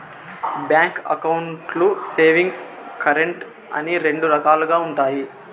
bank అకౌంట్లు savings, current అని రెండు రకాలుగా ఉంటాయి